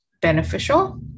beneficial